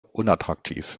unattraktiv